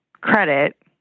credit